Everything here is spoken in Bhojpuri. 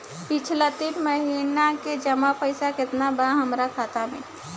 पिछला तीन महीना के जमा पैसा केतना बा हमरा खाता मे?